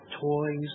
toys